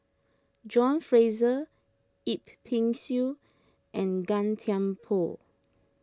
John Fraser Yip Pin Xiu and Gan Thiam Poh